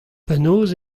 penaos